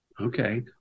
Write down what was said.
Okay